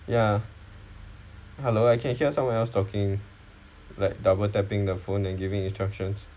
ya hello I can hear someone else talking like double tapping the phone and giving instructions